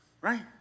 Right